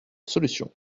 solution